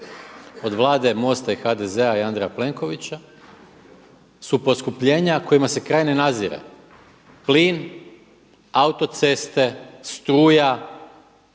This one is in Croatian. od Vlade MOST-a i HDZ-a i Andrija Plenkovića su poskupljenja kojima se kraj ne nadzire, plin, autoceste, struja,